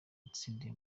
watsindiye